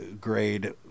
grade